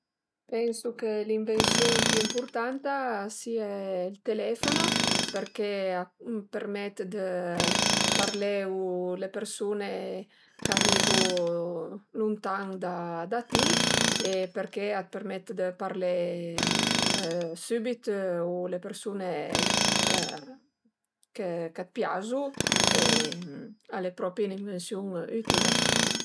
Pensu chë l'invensiun pi ëmpurtanta a sie ël telefono përché a të përmet dë parlé u le persun-e ch'a vivu luntan da ti e përché a të përmet dë parlé sübit u le persun-e ch'a të piazu e al e propri ün'invensiun ütile